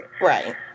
Right